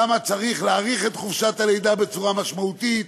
למה צריך להאריך את חופשת הלידה בצורה משמעותית,